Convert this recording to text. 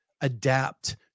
adapt